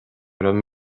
raibh